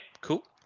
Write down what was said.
Cool